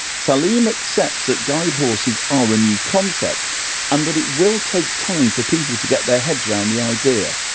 salim accepts that guide horses are a new concept and that it will take time for people to get their heads round the idea.